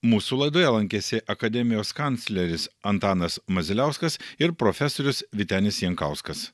mūsų laidoje lankėsi akademijos kancleris antanas maziliauskas ir profesorius vytenis jankauskas